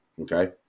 okay